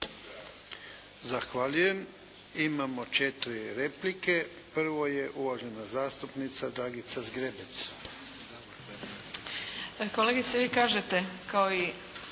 Zahvaljujem. Imamo četiri replike. Prvo je uvažena zastupnica Dragica Zgrebec. **Zgrebec, Dragica